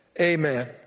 amen